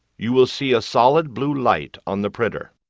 you will see a solid blue light on the printer.